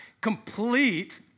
complete